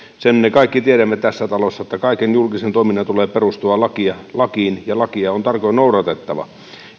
sen me kaikki tiedämme tässä talossa että kaiken julkisen toiminnan tulee perustua lakiin ja lakia on tarkoin noudatettava